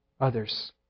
others